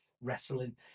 wrestling